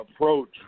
approach